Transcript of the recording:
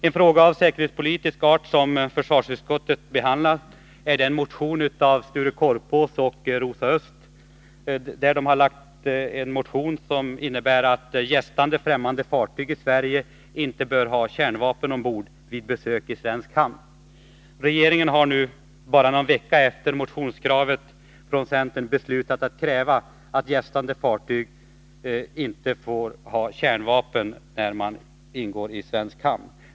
En fråga av säkerhetspolitisk art som försvarsutskottet har behandlat är den motion som Sture Korpås och Rosa Östh har väckt om att gästande främmande fartyg inte bör ha kärnvapen ombord vid besök i svensk hamn. Regeringen har nu, bara någon vecka efter motionskravet från centern, beslutat att kräva att gästande fartyg inte skall ha kärnvapen när de går in i svensk hamn.